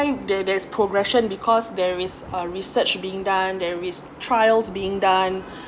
I think there there's a progression because there is uh research being done there is trials being done